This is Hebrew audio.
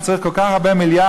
כשצריך כל כך הרבה מיליארדים,